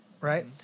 right